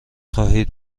خواهید